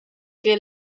que